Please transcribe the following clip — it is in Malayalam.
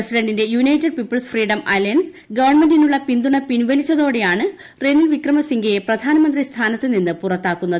പ്രസിഡന്റിന്റെ യുണൈറ്റഡ് പീപ്പിൾസ് ഫ്രീഡം അലയൻസ് ഗവൺമെന്റിനുള്ള പിന്തുണ പിൻവലിച്ചതോടെയാണ് റെനിൽ വിക്രമസിംഗെയെ പ്രധാനമന്ത്രി സ്ഥാനത്ത് നിന്ന് പുറത്താക്കുന്നത്